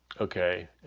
Okay